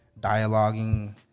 dialoguing